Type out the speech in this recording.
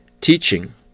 teaching